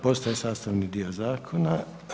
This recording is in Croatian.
Postaje sastavni dio zakona.